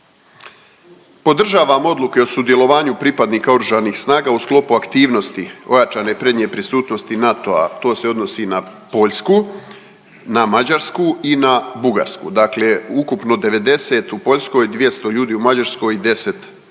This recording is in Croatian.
Podržavam odluke o sudjelovanju pripadnika oružanih snaga u sklopu aktivnosti ojačane prednje prisutnosti NATO-a, to se odnosi na Poljsku, na Mađarsku i na Bugarsku, dakle ukupno 90 u Poljskoj, 200 ljudi u Mađarskoj i 10 u